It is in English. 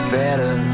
better